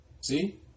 See